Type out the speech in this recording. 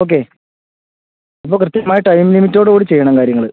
okay അപ്പോൾ കൃത്യമായ time ലിമിറ്റോട് കൂടി ചെയ്യണം കാര്യങ്ങള്